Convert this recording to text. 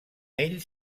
ell